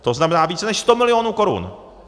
To znamená více než sto milionů korun.